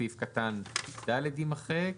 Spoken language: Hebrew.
סעיף קטן (ד) יימחק.